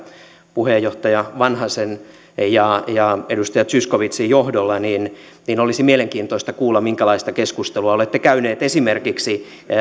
puheenjohtaja vanhasen ja ja edustaja zyskowiczin johdolla niin niin olisi mielenkiintoista kuulla minkälaista keskustelua olette käyneet esimerkiksi